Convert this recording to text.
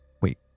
wait